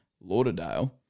Lauderdale